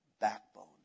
backbone